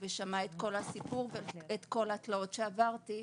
הוא שמע את כל הסיפור ואת כל התלאות שעברתי,